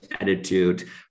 attitude